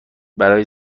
برای